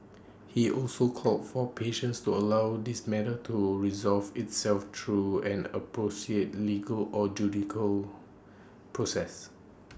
he also called for patience to allow this matter to resolve itself through an appropriate legal or judicial process